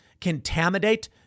contaminate